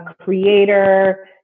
creator